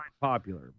popular